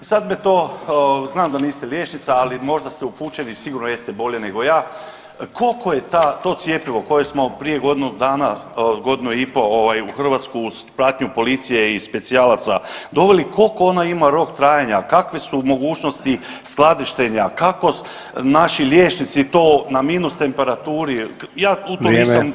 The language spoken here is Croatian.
Sad me to, znam da niste liječnica, ali možda ste upućeni, sigurno jeste bolje nego ja, koliko je to cjepivo koje smo prije godinu dana, godinu i po' ovaj, u Hrvatsku uz pratnju policije i specijalaca doveli, koliko ona ima rok trajanja, kakve su mogućnosti skladištenja, kako naši liječnici na minus temperaturi, ja tu to nisam uopće